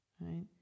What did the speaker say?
right